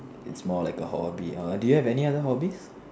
it's more like a hobby uh do you have any other hobbies